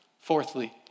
fourthly